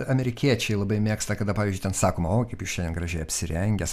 amerikiečiai labai mėgsta kada pavyzdžiui ten sakoma o kaip jūs šiandien gražiai apsirengęs